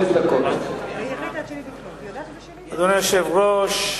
אדוני היושב-ראש,